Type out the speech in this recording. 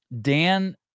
dan